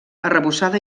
arrebossada